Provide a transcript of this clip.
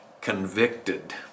convicted